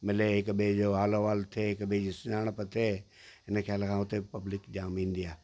मिले हिकु ॿिएं जो हालु अहिवालु थिए हिकु ॿिएं जी सुञाणप थिए हिन ख़्याल खां हुते पब्लिक जाम ईंदी आहे